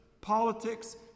politics